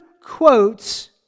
quotes